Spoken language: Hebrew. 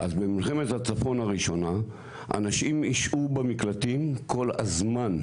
אז במלחמת הצפון הראשונה אנשים ישהו במקלטים כל הזמן,